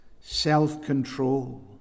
self-control